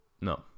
No